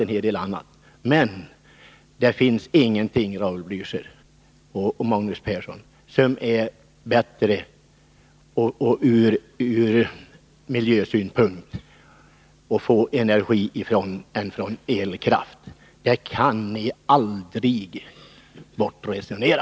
Men när det gäller att få energi, Raul Blächer och Magnus Persson, finns det från miljösynpunkt ingenting som är bättre än vattenkraften. Det kan ni aldrig bortresonera.